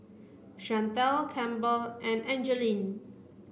Shantell Campbell and Angeline